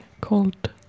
called